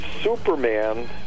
Superman